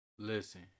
Listen